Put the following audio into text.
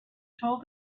told